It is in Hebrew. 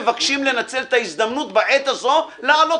מבקשים לנצל את ההזדמנות בעת הזאת להעלות